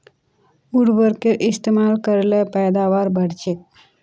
उर्वरकेर इस्तेमाल कर ल पैदावार बढ़छेक